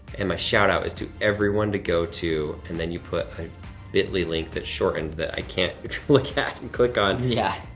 and my shout-out is to everyone to go to, and then you put a bitly link that's shortened, that i can't look at and click on. yeah.